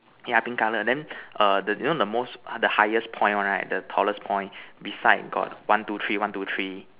yeah pink color then err the you know the most the highest point one right the tallest point beside got one two three one two three